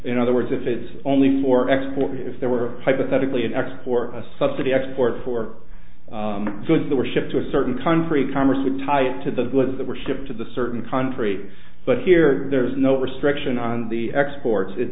in other words if it's only for export if there were hypothetically an export subsidy export for goods that were shipped to a certain country congress would tie it to the goods that were shipped to the certain country but here there is no restriction on the exports it